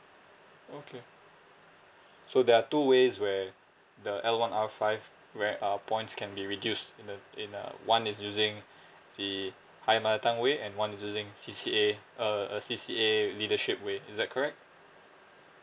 okay so there are two ways where the L one R five where err points can be reduced in uh in uh one is using the higher mother tongue way and one is using C_C_A uh uh C_C_A leadership way is that correct